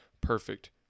perfect